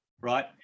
right